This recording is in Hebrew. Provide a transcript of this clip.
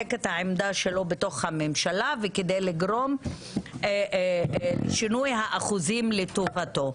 לחזק את העמדה שלו בתוך הממשלה וכדי לגרום לשינוי האחוזים לטובתו.